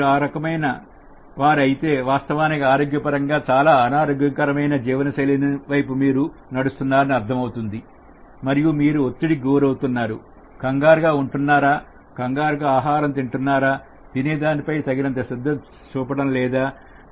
మీరు ఆ రకమైన వారు అయితే వాస్తవానికి ఆరోగ్యపరంగా చాలా అనారోగ్యకరమైన జీవనశైలి వైపు మీరు ప్రయత్నిస్తున్నారని అర్థమవుతుంది మరియు మీరు ఒత్తిడికి గురవుతున్నారు కంగారుగా ఉంటున్నారా కంగారుగా ఆహారం తింటున్నారా తినే దానిపై తగినంత శ్రద్ధ చూపడం లేదా